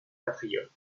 patriotes